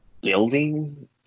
building